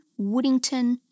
Woodington